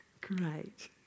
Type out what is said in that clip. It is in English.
Great